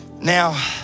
now